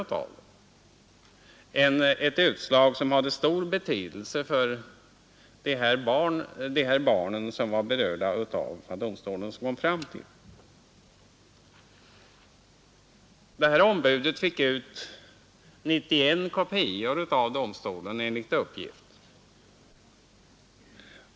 Domstolens utslag hade stor betydelse för de barn som berördes av det. Ombudet fick enligt uppgift ut 91 kopior från domstolen.